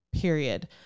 period